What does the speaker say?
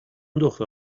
دختره